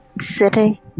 city